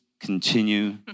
continue